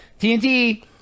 tnt